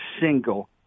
Single